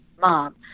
mom